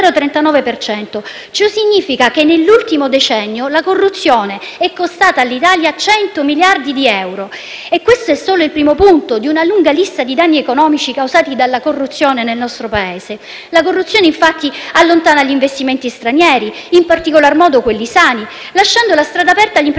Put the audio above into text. Ciò significa che nell'ultimo decennio la corruzione è costata all'Italia 100 miliardi di euro. E questo è solo il primo punto della lunga lista di danni economici causati dalla corruzione al nostro Paese. La corruzione, infatti, allontana gli investimenti stranieri, in particolar modo quelli sani, lasciando la strada aperta agli imprenditori